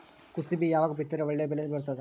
ಕುಸಬಿ ಯಾವಾಗ ಬಿತ್ತಿದರ ಒಳ್ಳೆ ಬೆಲೆ ಬರತದ?